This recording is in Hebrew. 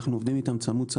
אנחנו עובדים אתם צמוד.